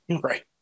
Right